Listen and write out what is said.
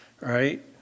Right